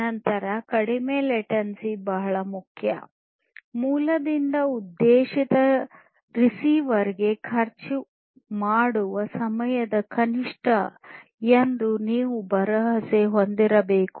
ನಂತರ ಕಡಿಮೆ ಲೇಟೆನ್ಸಿ ಬಹಳ ಮುಖ್ಯ ಮೂಲದಿಂದ ಉದ್ದೇಶಿತ ರಿಸೀವರ್ ಗೆ ಖರ್ಚು ಮಾಡುವ ಸಮಯವು ಕನಿಷ್ಟ ಎಂದು ನೀವು ಭರವಸೆ ಹೊಂದಿರಬೇಕು